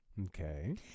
okay